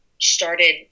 started